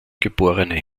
geborene